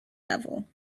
level